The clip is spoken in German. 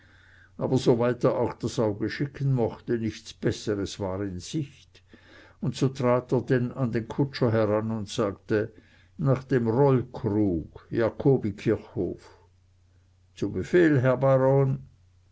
aber so weit er auch das auge schicken mochte nichts besseres war in sicht und so trat er denn an den kutscher heran und sagte nach dem rollkrug jakobikirchhof zu befehl herr baron